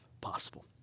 possible